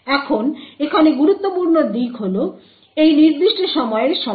এখন এখানে গুরুত্বপূর্ণ দিক হল এই নির্দিষ্ট সময়ের সময়